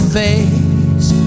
face